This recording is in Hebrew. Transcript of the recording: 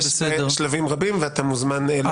-- יש שלבים רבים, ואתה מוזמן לעיין בה.